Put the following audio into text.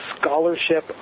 scholarship